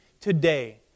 today